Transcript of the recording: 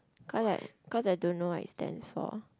because because I don't know what is stand for